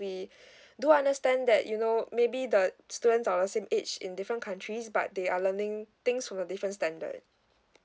we do understand that you know maybe the students are of the same age in different countries but they are learning things from a different standard